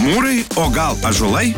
mūrai o gal ąžuolai